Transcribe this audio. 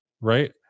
right